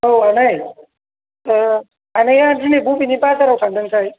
औ आनै आनैया दिनै बबेनि बाजाराव थांदोंथाय